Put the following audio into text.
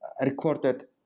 recorded